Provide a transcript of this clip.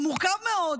המורכב מאוד,